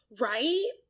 Right